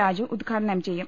രാജു ഉദ്ഘാടനം ചെയ്യും